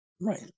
right